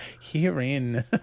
Herein